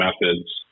methods